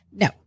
No